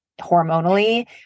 hormonally